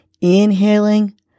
inhaling